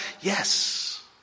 Yes